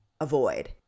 avoid